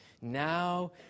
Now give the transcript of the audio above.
Now